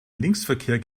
linksverkehr